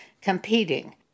competing